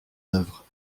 œuvre